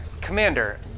Commander